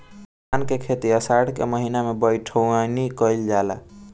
धान के खेती आषाढ़ के महीना में बइठुअनी कइल जाला?